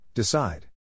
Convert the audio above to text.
Decide